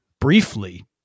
briefly